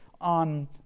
on